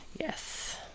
Yes